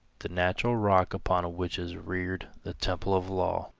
the natural rock upon which is reared the temple of law